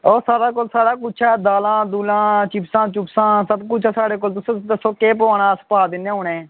ओह् साढ़े कोल सारा कुछ ऐ दालां चिप्सां सबकुछ ऐ साढ़े कोल तुस दस्सो केह् पोआना अस पा दिन्ने आं हून ऐ